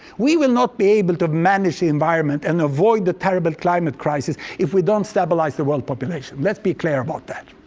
we will not be able to manage the environment and avoid the terrible climate crisis if we don't stabilize the world population. let's be clear about that.